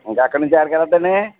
ఇంక అక్కడ నుంచి ఎక్కడకు వెళ్తుంది అండి